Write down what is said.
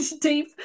deep